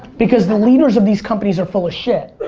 because the leaders of these companies are full of shit.